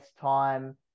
time